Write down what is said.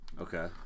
Okay